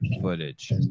footage